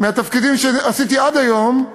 מהתפקידים שעשיתי עד היום,